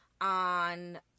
on